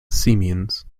siemens